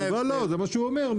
זה מה שהוא אומר.